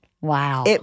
Wow